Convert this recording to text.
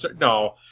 No